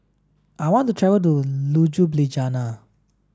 I want to travel to Ljubljana